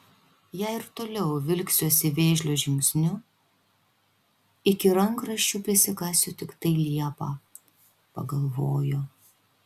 jei ir toliau vilksiuosi vėžlio žingsniu iki rankraščių prisikasiu tiktai liepą pagalvojo